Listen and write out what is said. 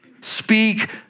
Speak